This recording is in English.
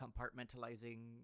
compartmentalizing